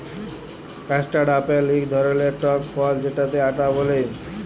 custard apple ইক ধরলের টক ফল যেটকে আতা ব্যলে